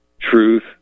truth